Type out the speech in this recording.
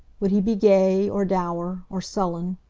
would he be gay, or dour, or sullen,